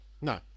No